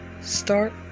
start